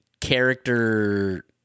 character